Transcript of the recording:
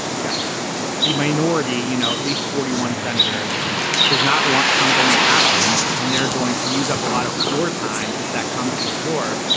got it a minority you know at least forty one senators does not want something to happen and they're going to use up a lot of floor time if that comes to the floor.